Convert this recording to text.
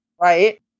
Right